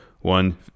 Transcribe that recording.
one